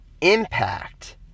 Impact